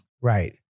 Right